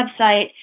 website